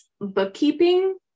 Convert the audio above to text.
bookkeeping